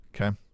Okay